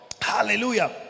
hallelujah